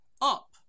up